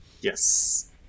Yes